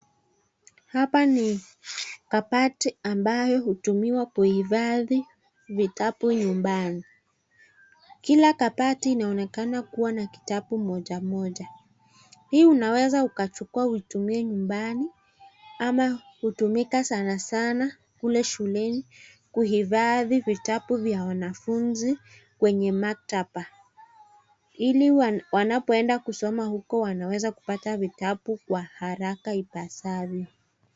Hapa ni kabati ambayo hutumiwa kuhufadhi vutabu nyumbani, Kila kabati inaonekana kuwa na kitabu moja moja. Hii unaweza ukaichukua uitumie nyumbani ama hutumika sana sana kule shuleni kuhufadhi vitabu vya wanafunzi kwenye maktaba ili wanapoenda kusoma huko wanapata vitabu kwa haraka ipasavyo.